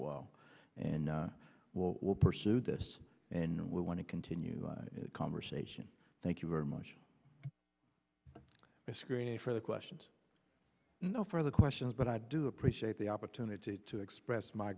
well and we will pursue this and we want to continue the conversation thank you very much a screening for the questions no further questions but i do appreciate the opportunity to express my